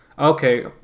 Okay